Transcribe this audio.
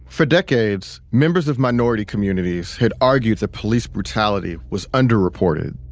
for decades, members of minority communities had argued that police brutality was underreported.